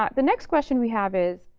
ah the next question we have is,